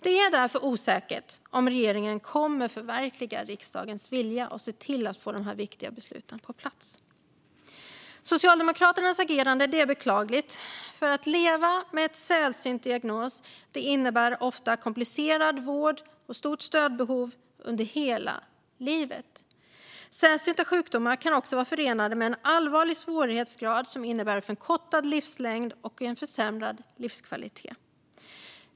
Det är därför osäkert om regeringen kommer att förverkliga riksdagens vilja och se till att få de här viktiga besluten på plats. Socialdemokraternas agerande är beklagligt. Att leva med en sällsynt diagnos innebär ofta komplicerad vård och stort stödbehov under hela livet. Sällsynta sjukdomar kan också vara förenade med en allvarlig svårighetsgrad som innebär förkortad livslängd och försämrad livskvalitet.